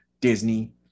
Disney